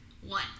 One